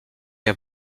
der